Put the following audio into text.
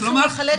כלומר,